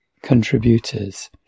contributors